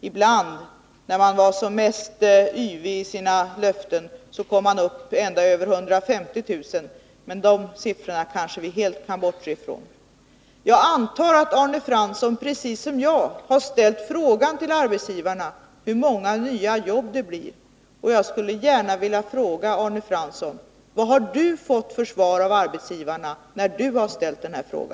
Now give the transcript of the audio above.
Ibland, när man var som mest yvig i sina löften, kom man upp i över 150 000, men den siffran kanske vi helt kan bortse ifrån. Jag antar att Arne Fransson precis som jag har ställt frågan till arbetsgivarna hur många nya jobb det blir. Jag skulle gärna vilja fråga Arne Fransson vad han har fått för svar från arbetsgivarna när han ställt denna fråga.